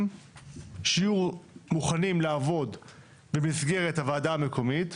שיהיו מוכנים לעבוד במסגרת הוועדה המקומית,